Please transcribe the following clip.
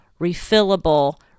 refillable